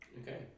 Okay